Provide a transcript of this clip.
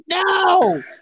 no